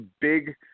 big